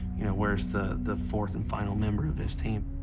you know, where's the the fourth and final member of this team?